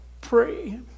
pray